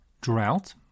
drought